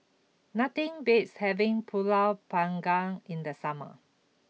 nothing beats having Pulut Panggang in the summer